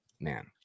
Man